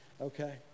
Okay